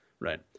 right